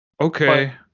okay